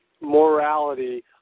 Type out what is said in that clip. morality